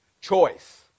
choice